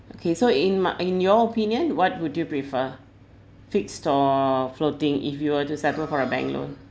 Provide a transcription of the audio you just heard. okay so in my in your opinion what would you prefer fixed or floating if you were to settle for a bank loan